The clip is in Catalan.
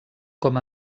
com